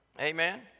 Amen